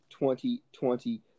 2020